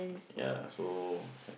ya so h~